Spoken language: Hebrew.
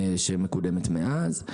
שמקודמת מאז.